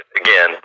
Again